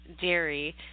dairy